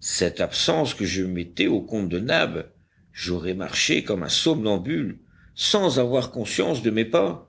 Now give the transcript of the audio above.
cette absence que je mettais au compte de nab j'aurai marché comme un somnambule sans avoir conscience de mes pas